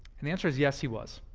and the answer is yes, he was.